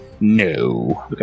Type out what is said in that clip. No